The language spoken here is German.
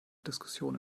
diskussion